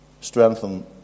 strengthen